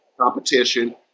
competition